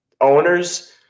owners